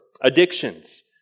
addictions